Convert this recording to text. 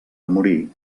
morir